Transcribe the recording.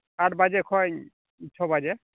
ᱟᱴ ᱵᱟᱡᱮ ᱠᱷᱚᱡ ᱪᱷᱚ ᱵᱟᱡᱮ